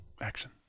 Action